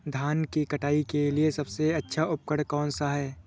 धान की कटाई के लिए सबसे अच्छा उपकरण कौन सा है?